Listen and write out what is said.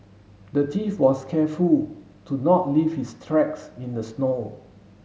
the thief was careful to not leave his tracks in the snow